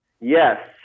Yes